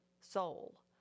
soul